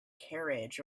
carriage